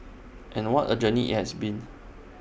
and what A journey IT has been